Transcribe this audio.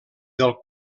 del